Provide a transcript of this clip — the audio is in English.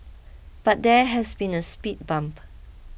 but there has been a speed bump